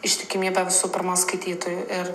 ištikimybę visų pirma skaitytojui ir